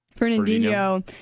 Fernandinho